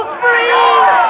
free